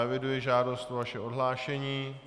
Já eviduji žádost o vaše odhlášení.